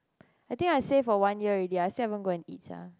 I think I say for one year already I still haven't go and eat sia